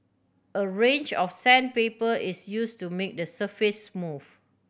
a range of sandpaper is use to make the surface